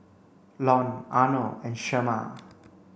Lon Arnold and Shemar